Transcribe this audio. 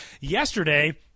Yesterday